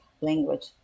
language